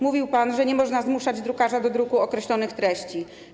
Mówił pan, że nie można zmuszać drukarza do druku określonych treści.